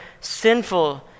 sinful